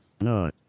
No